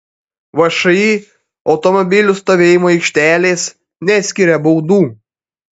všį automobilių stovėjimo aikštelės neskiria baudų